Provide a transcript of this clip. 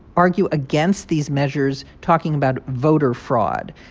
argue against these measures, talking about voter fraud.